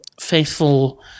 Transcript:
faithful